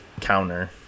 counter